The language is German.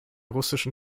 russischen